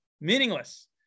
meaningless